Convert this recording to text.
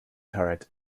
turret